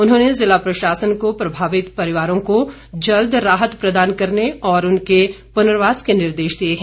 उन्होंने जिला प्रशासन को प्रभावित परिवारों को जल्द राहत प्रदान करने और उनके पुनर्वास के निर्देश दिए हैं